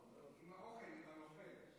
עם האוכל, עם הנוכל,